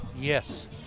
Yes